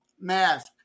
mask